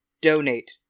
donate